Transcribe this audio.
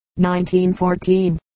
1914